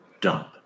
dump